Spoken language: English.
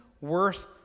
worth